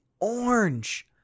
orange